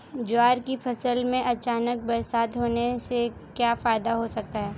ज्वार की फसल में अचानक बरसात होने से क्या फायदा हो सकता है?